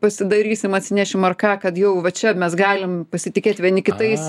pasidarysim atsinešim ar ką kad jau va čia mes galim pasitikėt vieni kitais